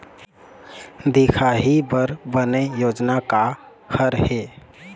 दिखाही बर बने योजना का हर हे?